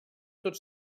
tot